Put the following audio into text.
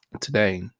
today